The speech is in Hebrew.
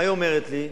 מה היא אומרת לי?